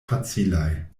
facilaj